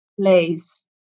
place